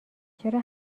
چرا